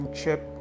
Chip